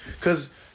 cause